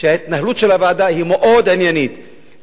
שההתנהלות של הוועדה היא עניינית מאוד,